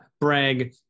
brag